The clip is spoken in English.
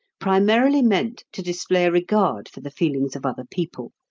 primarily meant to display a regard for the feelings of other people.